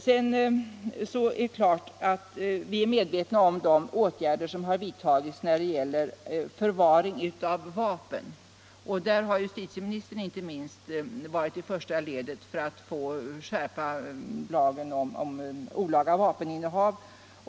våldsbrott Slutligen är vi naturligtvis medvetna om de åtgärder som har vidtagits när det gäller förvaringen av vapen. Där har ju inte minst justitieministern själv befunnit sig i första ledet för att skärpa straffen för olagligt vapeninnehav.